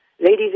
ladies